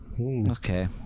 okay